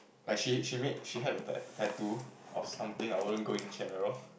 like she she made she had a tattoo of something I wouldn't go and check at all